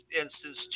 instance